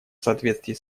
соответствии